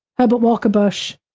herbert walker bush,